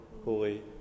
Holy